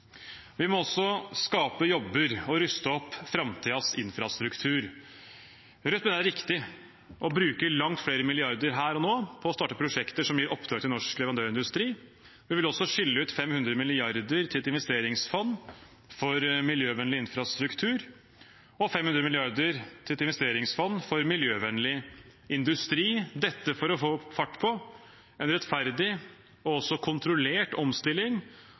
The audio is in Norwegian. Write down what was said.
Vi må også skape jobber og ruste opp framtidens infrastruktur. Rødt mener det er viktig å bruke langt flere milliarder her og nå på å starte prosjekter som gir oppdrag til norsk leverandørindustri. Vi vil også skille ut 500 mrd. kr til et investeringsfond for miljøvennlig infrastruktur og 500 mrd. kr til et investeringsfond for miljøvennlig industri – dette for å få fart på en rettferdig og også kontrollert omstilling